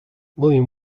william